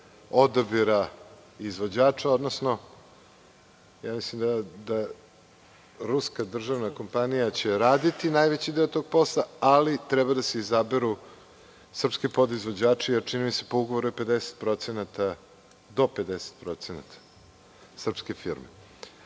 odabira izvođača, odnosno, mislim da će ruska državna kompanija raditi najveći deo tog posla, ali treba da se izaberu srpski podizvođači. Čini mi se da je po ugovoru do 50% srpske firme. Teško